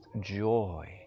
joy